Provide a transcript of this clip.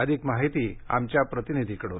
अधिक माहिती आमच्या प्रतिनिधीकडून